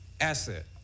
asset